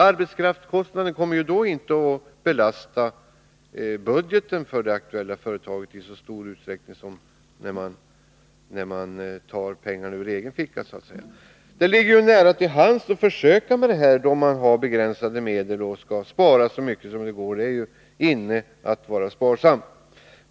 Arbetskraftskostnaden kommer då inte att belasta budgeten för det aktuella företaget i så stor utsträckning som när man tar pengarna ur egen ficka. Det ligger ju nära till hands att försöka med det, då man har begränsade medel och skall spara så mycket det går; det är ju inne att vara sparsam.